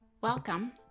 Welcome